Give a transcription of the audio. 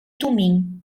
tumim